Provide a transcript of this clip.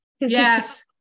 Yes